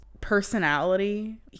personality